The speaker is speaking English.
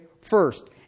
first